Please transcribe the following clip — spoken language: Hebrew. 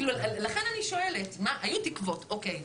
לכן אני שואלת היו תקוות, אוקיי.